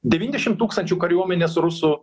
devyniasdešim tūkstančių kariuomenės rusų